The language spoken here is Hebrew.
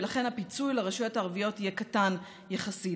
ולכן הפיצוי לרשויות הערביות יהיה קטן יחסית.